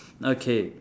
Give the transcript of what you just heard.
okay